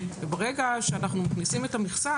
ברגע שאנחנו מכניסים את המכסה,